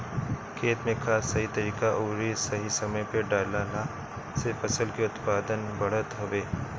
खेत में खाद सही तरीका अउरी सही समय पे डालला से फसल के उत्पादन बढ़त हवे